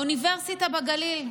האוניברסיטה בגליל,